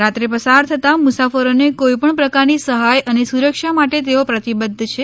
રાતે પસાર થતાં મુસાફરોને કોઇ પણ પ્રકારની સહાય અને સુરક્ષા માટે તેઓ પ્રતિબદ્ધ છે